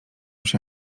się